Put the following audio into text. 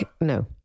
No